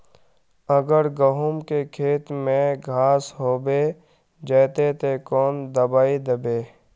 अगर गहुम के खेत में घांस होबे जयते ते कौन दबाई दबे?